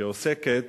שעוסקת